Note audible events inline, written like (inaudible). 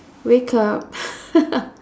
wake up (laughs)